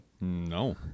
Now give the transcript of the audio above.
No